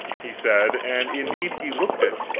he said, and indeed he looked it